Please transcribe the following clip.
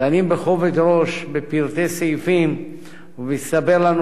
מעיינים בכובד ראש בפרטי סעיפים ומסתבר לנו